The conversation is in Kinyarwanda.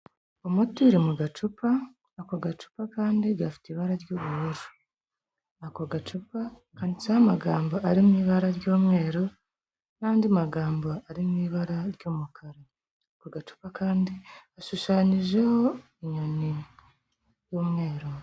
Umuti uri mu gacupa, ako gacupa kandi gafite ibara ry'ubururu. Ako gacupa handitseho amagambo ari mu ibara ry'umweru n'andi magambo ari mu ibara ry'umukara, ako gacupa kandi hashushanyijeho inyoni y'umweru.